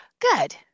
Good